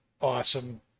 awesome